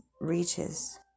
reaches